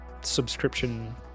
Subscription